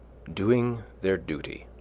doing their duty.